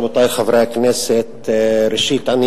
רבותי חברי הכנסת, ראשית, אני